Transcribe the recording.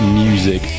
music